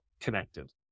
connected